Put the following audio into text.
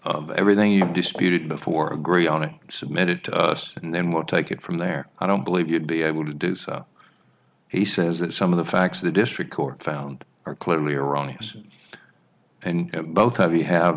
of everything you've disputed before agree on it submit it to us and then we'll take it from there i don't believe you'd be able to do so he says that some of the facts the district court found are clearly erroneous and both are we have